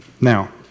Now